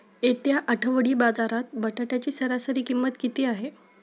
येत्या आठवडी बाजारात बटाट्याची सरासरी किंमत किती आहे?